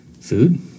Food